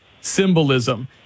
symbolism